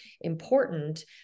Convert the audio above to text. important